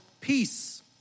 peace